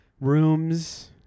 rooms